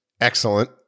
excellent